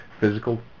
physical